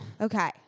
Okay